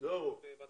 לטלפון למישהו?